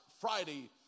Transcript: Friday